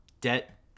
debt